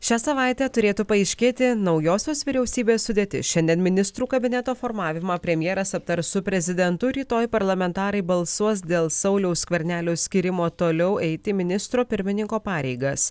šią savaitę turėtų paaiškėti naujosios vyriausybės sudėtis šiandien ministrų kabineto formavimą premjeras aptars su prezidentu rytoj parlamentarai balsuos dėl sauliaus skvernelio skyrimo toliau eiti ministro pirmininko pareigas